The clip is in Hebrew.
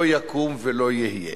לא יקום ולא יהיה.